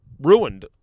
ruined